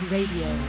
Radio